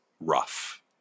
rough